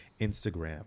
Instagram